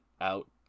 out